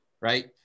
right